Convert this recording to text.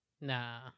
Nah